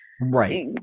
Right